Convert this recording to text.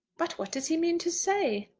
but what does he mean to say?